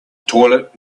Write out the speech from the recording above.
toilet